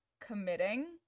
committing